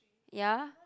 ya